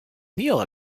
neal